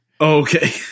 okay